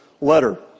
letter